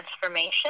transformation